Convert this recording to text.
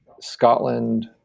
Scotland